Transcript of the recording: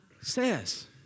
says